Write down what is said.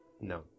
No